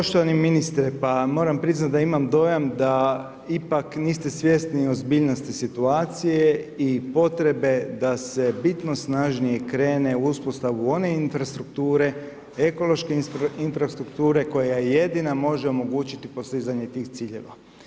Poštovani ministre, pa moram priznat da imam dojam da ipak niste svjesni ozbiljnosti situacije i potrebe da se bitno snažnije krene u uspostavu one infrastrukture, ekološke infrastrukture koja jedina može omogućiti postizanje tih ciljeva.